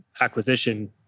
acquisition